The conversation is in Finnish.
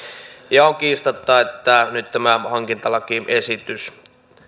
on kiistatonta että nyt tämä hankintalakiesitys